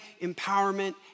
empowerment